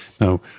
No